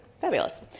fabulous